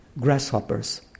grasshoppers